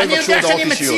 שלא יבקשו הודעות אישיות.